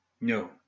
No